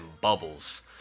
bubbles